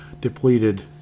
depleted